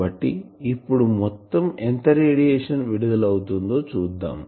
కాబట్టి ఇప్పుడు మొత్తం ఎంత రేడియేషన్ విడుదల అవుతుందో చూద్దాం